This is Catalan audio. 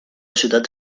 ciutat